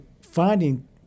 finding